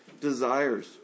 desires